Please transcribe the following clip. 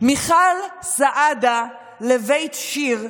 מיכל סעדה לבית שיר,